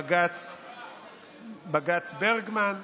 בג"ץ ברגמן,